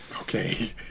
Okay